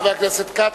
חבר הכנסת כץ,